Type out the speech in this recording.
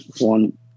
one